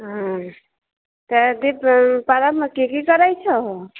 हँ तऽ दीप पर्ब शमे की की करै छहौ